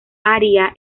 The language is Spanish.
aria